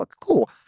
Cool